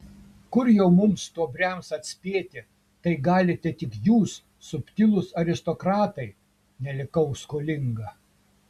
kur jau mums stuobriams atspėti tai galite tik jūs subtilūs aristokratai nelikau skolinga